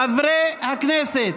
חברי הכנסת.